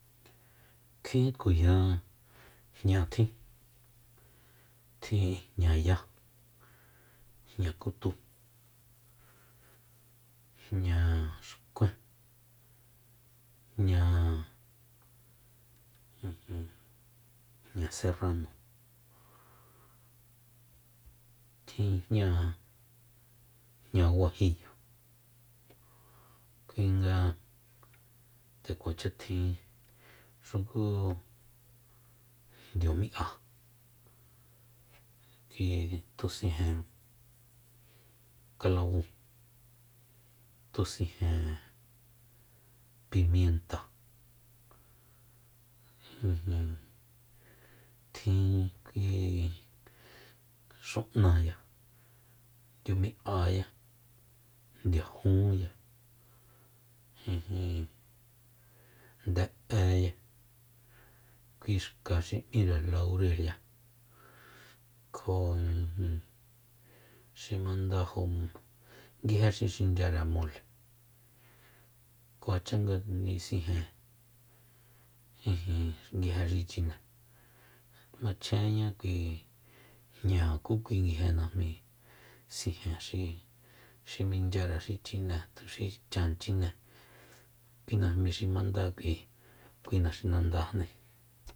Kjin tkuya jña tjin tjin jñaya jña kutu jña xkuen jña ijin jña serrano tjin jña guajiyo kuinga nde kuacha tjin xuku ndiumi'a kui tusijen kalabu tusijen pimienta ijin tjin kui xun'a ndiumi'aya ndiajunya ijin nde'eya kui xka xi m'íre laurelya kjo ijin xi mandajo nguije xi xinchyare mole kuacha nga nisijen ijin nguije xi chine machjenña kui jña ku nguije najmíi sijen xi- xi michyare xi chinée tuxi chan chine kui najmi xi mandá k'ui kui naxinandajni